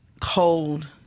cold